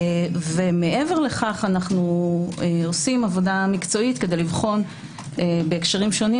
מעבר לכך אנו עושים עבודה מקצועית כדי לבחון בהקשרים שונים,